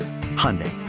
Hyundai